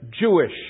Jewish